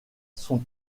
sont